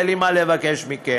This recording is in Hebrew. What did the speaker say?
אין לי מה לבקש מכם,